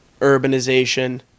urbanization